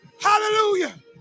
Hallelujah